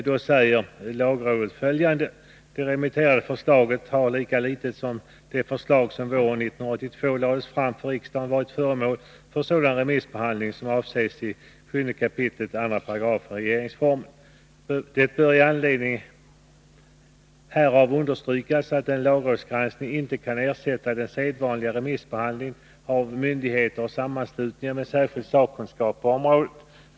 Lagrådet anför här följande: ”Det remitterade förslaget har lika litet som det förslag som våren 1982 lades fram för riksdagen varit föremål för sådan remissbehandling som avses i 7 kap. 2§ regeringsformen. Det bör i anledning härav understrykas att en lagrådsgranskning inte kan ersätta den sedvanliga remissbehandlingen av myndigheter och sammanslutningar med särskild sakkunskap på området.